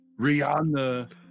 Rihanna